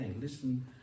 listen